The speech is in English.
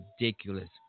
ridiculous